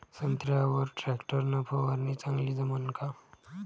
संत्र्यावर वर टॅक्टर न फवारनी चांगली जमन का?